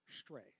stray